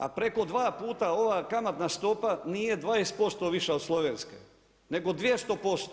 A preko dva puta ova kamatna stopa nije 20% viša od slovenske, nego 200%